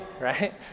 right